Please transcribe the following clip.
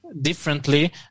differently